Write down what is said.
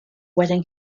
wedding